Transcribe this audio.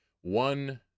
one